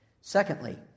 Secondly